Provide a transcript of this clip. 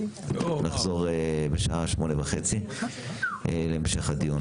נחזור בשעה 20:30 להמשך הדיון.